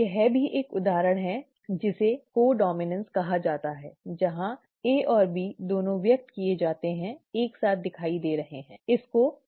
और यह भी एक उदाहरण है जिसे कोडॉम्इनॅन्स कहा जाता है जहां A और B दोनों व्यक्त किए जाते हैं एक साथ दिखाई दे रहे हैं ठीक है